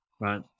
Right